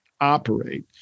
operate